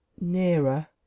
Nearer